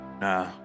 Nah